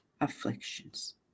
afflictions